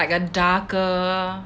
like a darker